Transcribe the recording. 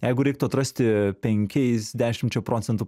jeigu reiktų atrasti penkiais dešimčia procentų